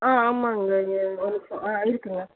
ஆ ஆமாம்ங்க இங்கே ஒரு ஆ இருக்குதுங்க